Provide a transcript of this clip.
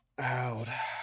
out